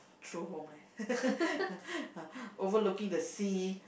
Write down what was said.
true home leh over looking the sea